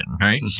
right